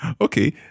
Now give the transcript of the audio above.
Okay